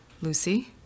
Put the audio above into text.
Lucy